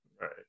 right